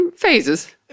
Phases